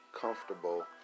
comfortable